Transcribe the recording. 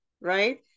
right